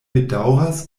bedaŭras